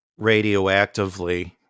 radioactively